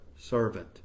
servant